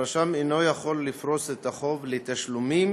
הרשם אינו יכול לפרוס את החוב לתשלומים